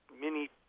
mini